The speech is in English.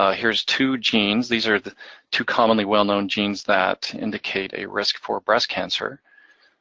ah here's two genes. these are the two commonly well known genes that indicate a risk for breast cancer.